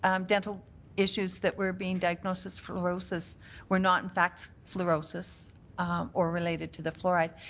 um dental issues that were being diagnosed as fluorosis were not, in fact, fluorosis or related to the fluoride.